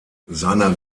seiner